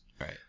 right